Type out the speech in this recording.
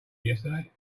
yesterday